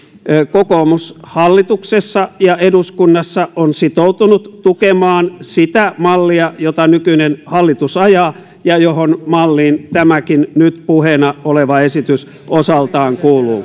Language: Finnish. kokoomus hallituksessa ja eduskunnassa on sitoutunut tukemaan sitä mallia jota nykyinen hallitus ajaa ja johon malliin tämäkin nyt puheena oleva esitys osaltaan